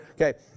Okay